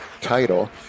title